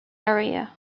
area